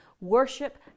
worship